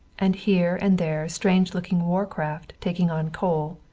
and here and there strange-looking war craft taking on coal.